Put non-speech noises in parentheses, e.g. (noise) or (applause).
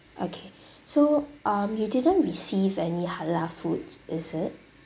okay (breath) so um you didn't receive any halal food is it